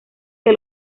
que